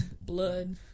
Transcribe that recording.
Blood